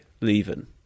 leaving